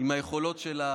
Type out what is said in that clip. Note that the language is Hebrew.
היכולות שלך.